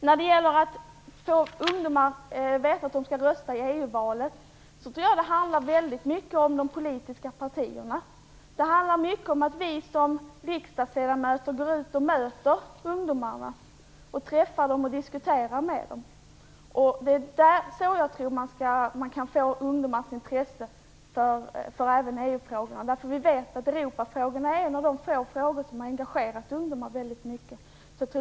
När det gäller att så få ungdomar vet att de skall rösta i EU-valet tror jag att det handlar väldigt mycket om vad de politiska partierna gör. Det handlar mycket om att vi som riksdagsledamöter måste gå ut och möta ungdomar och diskutera med dem. Det är så jag tror att man kan få ungdomar att bli intresserade även av EU-frågorna. Vi vet att Europafrågan är en av de få frågor som har engagerat ungdomar väldigt mycket.